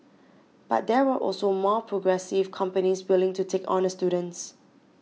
but there were also more progressive companies willing to take on the students